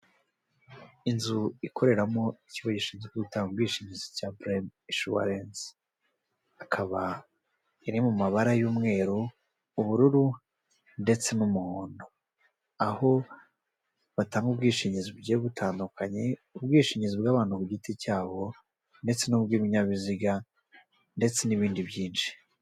Inzu ikoreramo ikigo gishinzwe gutanga ubwishingizi cya Purayimu inshuwarensi, akaba iri mu mabara y'umweru, ubururu ndetse n'umuhondo. Aho batanga ubwishingizi bugiye butandukanye, ubwishingizi bw'abantu ku giti cyabo ndetse n'ubw'ibinyabiziga ndetse n'ibindi byinshi.